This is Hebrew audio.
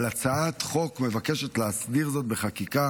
אבל הצעת החוק מבקשת להסדיר זאת בחקיקה